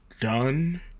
done